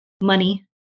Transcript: money